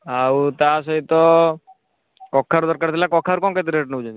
ଆଉ ତା' ସହିତ କଖାରୁ ଦରକାର ଥିଲା କଖାରୁ କ'ଣ କେତେ ରେଟ ନେଉଛନ୍ତି